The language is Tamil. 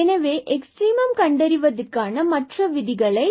எனவே எக்ஸ்ட்ரிமம் கண்டறிவதற்கான மற்ற விதிகள் என்ன